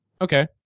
Okay